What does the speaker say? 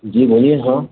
جی بولیے ہاں